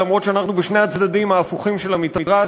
גם אם אנחנו בשני הצדדים ההפוכים של המתרס